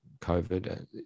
COVID